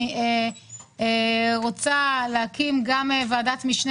אני רוצה להקים ועדת משנה